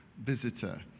visitor